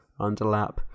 underlap